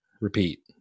repeat